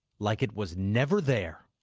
like it was never there.